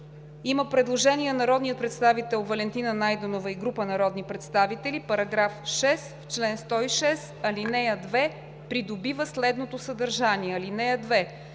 Има предложение от народния представител Валентина Найденова и група народни представители за § 6: „§ 6. В чл. 106, ал. 2 придобива следното съдържание: